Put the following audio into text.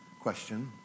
Question